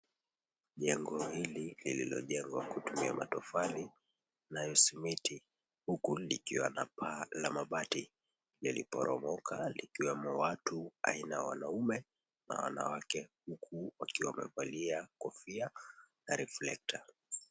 Jengo hili lililojengwa kutumia matofali na simiti, huku likiwa na paa la mabati, liliporomoka. Likiwemo watu aina ya wanaume na wanawake. Huku wakiwa wamevalia kofia na reflector